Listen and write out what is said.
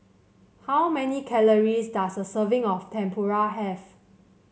how many calories does a serving of Tempura have